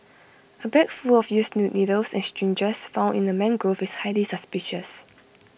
A bag full of used needles and syringes found in A mangrove is highly suspicious